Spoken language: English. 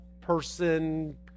person